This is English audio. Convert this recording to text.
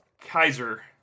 Kaiser